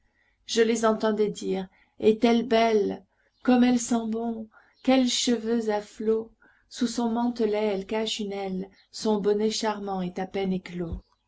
je les entendais dire est-elle belle comme elle sent bon quels cheveux à flots sous son mantelet elle cache une aile son bonnet charmant est à peine éclos